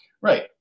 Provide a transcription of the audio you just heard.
right